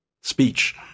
speech